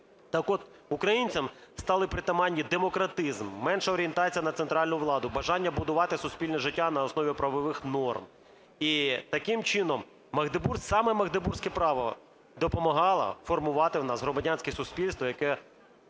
Так от українцям стали притаманні: демократизм, менша орієнтація на центральну владу, бажання будувати суспільне життя на основі правових норм. І таким чином саме магдебурзьке право допомагало формувати в нас громадянське суспільство, яке